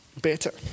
Better